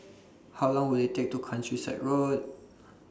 How Long Will IT Take to Countryside Road